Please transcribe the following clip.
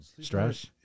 stress